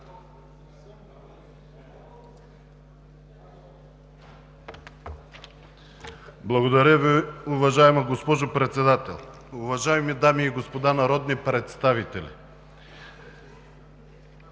Благодаря Ви, уважаема госпожо Председател. Уважаеми дами и господа народни представители!